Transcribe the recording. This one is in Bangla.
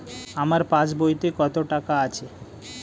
আমার পাস বইতে কত টাকা আছে?